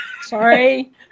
Sorry